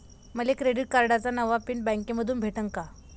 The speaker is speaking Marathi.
मले क्रेडिट कार्डाचा नवा पिन बँकेमंधून भेटन का?